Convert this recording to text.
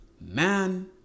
man